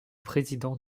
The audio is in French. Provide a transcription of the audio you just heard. président